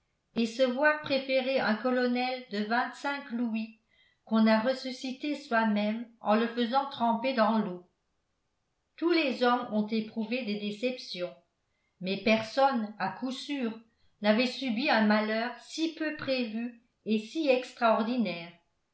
et se voir préférer un colonel de vingt-cinq louis qu'on a ressuscité soi-même en le faisant tremper dans l'eau tous les hommes ont éprouvé des déceptions mais personne à coup sûr n'avait subi un malheur si peu prévu et si extraordinaire